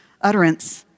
utterance